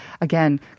again